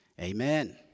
amen